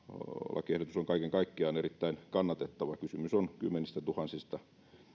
lakiehdotus on kaiken kaikkiaan erittäin kannatettava kysymys on kymmenistätuhansista